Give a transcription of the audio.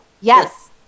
Yes